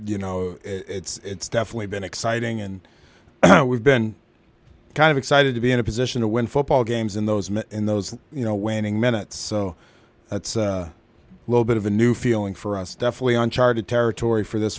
you know it's definitely been exciting and we've been kind of excited to be in a position to win football games in those in those you know winning minutes so that's a little bit of a new feeling for us definitely uncharted territory for this